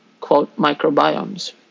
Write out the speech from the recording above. microbiomes